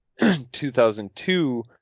2002